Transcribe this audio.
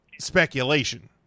speculation